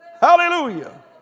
Hallelujah